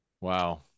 Wow